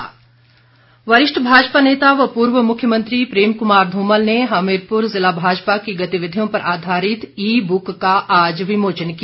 धुमल वरिष्ठ भाजपा नेता व पूर्व मुख्यमंत्री प्रेम कुमार धूमल ने हमीरपुर जिला भाजपा की गतिविधियों पर आधारित ई बुक का आज विमोचन किया